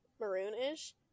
maroon-ish